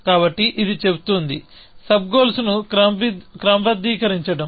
కాబట్టి ఇది చెబుతోందిసబ్ గోల్స్ ను క్రమబద్ధీకరించడం